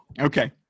Okay